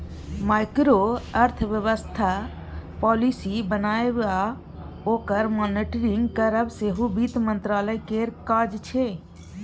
micro अर्थबेबस्था policy बनाएब आ ओकर मॉनिटरिंग करब सेहो बित्त मंत्रालय केर काज छै